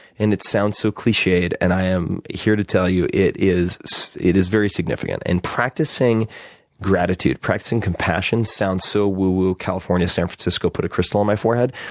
and it sounds so cliched and i am here to tell you it is it is very significant. and practicing gratitude, practicing compassion sounds so woo-woo, california, san francisco, put a crystal on my forehead.